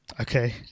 Okay